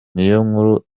niyonkuru